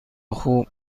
خوب